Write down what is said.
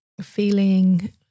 feeling